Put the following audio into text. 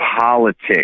politics